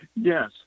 Yes